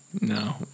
No